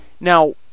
now